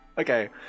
Okay